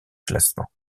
classement